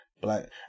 black